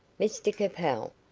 mr capel,